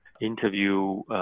interview